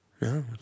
No